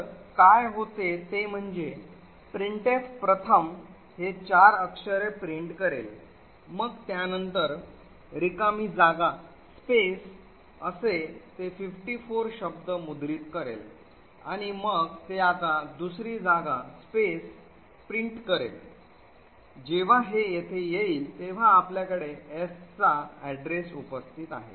तर काय होते ते म्हणजे प्रिंटफ प्रथम हे चार अक्षरे प्रिंट करेल मग त्यानंतर रिकामी जागा असे ते 54 शब्द मुद्रित करेल आणि मग ते आता दुसरी जागा प्रिंट करेल जेव्हा हे येथे येईल तेव्हा आपल्याकडे s चा पत्ता उपस्थित आहे